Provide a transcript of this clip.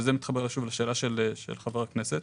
וזה מתחבר לשאלה של חבר הכנסת,